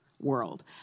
world